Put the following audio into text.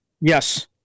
Yes